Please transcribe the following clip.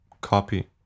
copy